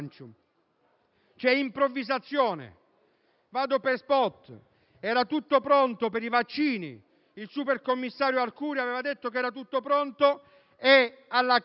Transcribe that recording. C'è improvvisazione. Vado per *spot*. Era tutto pronto per i vaccini, il supercommissario Arcuri aveva detto che era tutto pronto e alla Camera